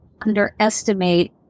underestimate